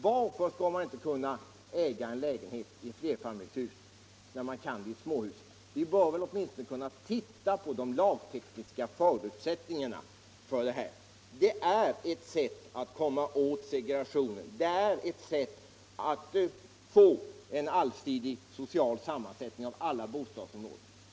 Varför skall man inte kunna äga lägenhet i flerfamiljshus när man kan göra det i småhus? Vi bör väl åtminstone kunna titta på de lagtekniska förutsättningarna. Det är ett sätt att komma åt segregationen. Det är ett sätt att få en allsidig social sammansättning av alla bostadsområden.